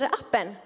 appen